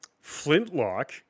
Flintlock